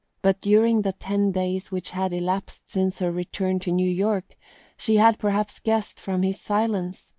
but during the ten days which had elapsed since her return to new york she had perhaps guessed from his silence,